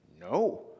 No